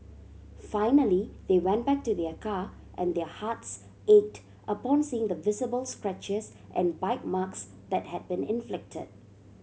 finally they went back to their car and their hearts ached upon seeing the visible scratches and bite marks that had been inflicted